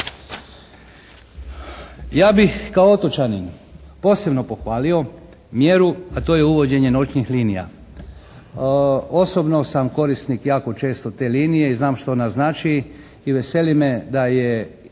Ja bih kao otočanin posebno pohvalio mjeru, a to je uvođenje noćnih linija. Osobno sam korisnik jako često te linije i znam što ona znači i veseli me da je,